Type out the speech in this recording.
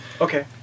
Okay